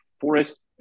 Forest